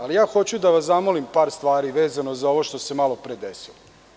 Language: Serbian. Ali, ja hoću da vas zamolim par stvari, vezano za ovo što se malo pre desilo.